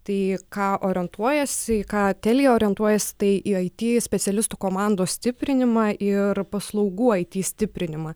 tai ką orientuojasi į ką telia orientuojasi tai į it specialistų komandos stiprinimą ir paslaugų it stiprinimą